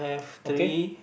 okay